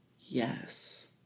yes